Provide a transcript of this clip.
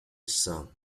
song